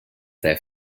their